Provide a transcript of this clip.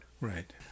Right